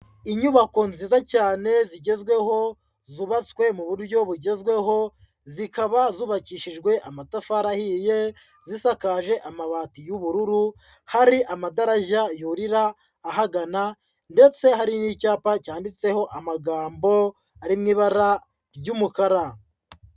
Inyubako nziza cyane zigezweho zubatswe mu buryo bugezweho, zikaba zubakishijwe amatafari ahiye, zisakaje amabati y'ubururu, hari amadarajya yurira ahagana ndetse hari n'icyapa cyanditseho amagambo ari mu ibara ry'umukara.